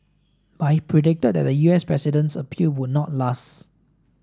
but he predicted that the U S president's appeal would not last